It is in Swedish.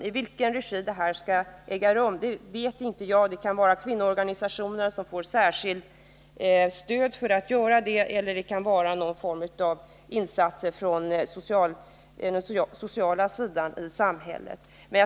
Frågan om i vems regi en sådan verksamhet skulle bedrivas har jag inte tagit ställning till, men det kan vara kvinnoorganisationer som får särskilt stöd för detta eller det kan vara någon form av insatser från den sociala sidan i samhället.